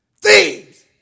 Thieves